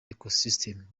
ecosystem